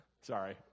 Sorry